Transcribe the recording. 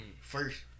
First